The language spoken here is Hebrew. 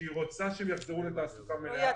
שהיא רוצה שהם יחזרו לתעסוקה מלאה.